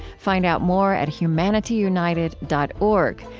find out more at humanityunited dot org,